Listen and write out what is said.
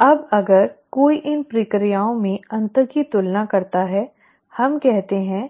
अब अगर कोई इन प्रक्रियाओं में अंतर की तुलना करता है हम कहते हैं